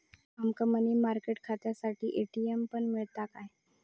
आमका money market खात्यासाठी ATM पण मिळता काय?